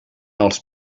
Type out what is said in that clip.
als